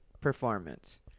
performance